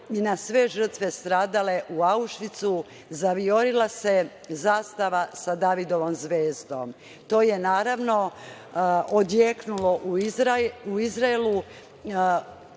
i na sve žrtve stradale u „Aušvicu“, zavijorila zastava sa Davidovom zvezdom. To je, naravno, odjeknulo u Izraelu